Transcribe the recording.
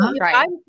right